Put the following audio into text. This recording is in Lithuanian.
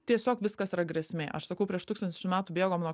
tiesiog viskas yra grėsmė aš sakau prieš tūkstančius metų bėgom nuo